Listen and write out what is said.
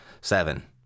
seven